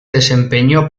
desempeñó